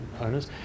owners